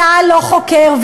צה"ל לא חוקר.